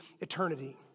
eternity